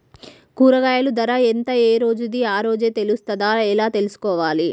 కూరగాయలు ధర ఎంత ఏ రోజుది ఆ రోజే తెలుస్తదా ఎలా తెలుసుకోవాలి?